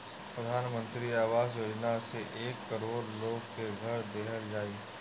प्रधान मंत्री आवास योजना से एक करोड़ लोग के घर देहल जाई